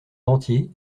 dentier